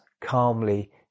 calmly